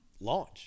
launch